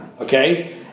okay